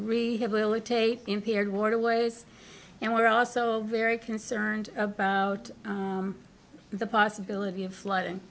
rehabilitate impaired waterways and we're also very concerned about the possibility of flooding